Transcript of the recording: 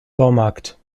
baumarkt